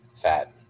fat